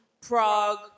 Prague